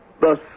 Thus